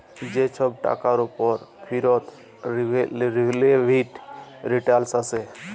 যে ছব টাকার উপর ফিরত রিলেটিভ রিটারল্স আসে